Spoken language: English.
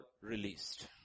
released